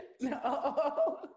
no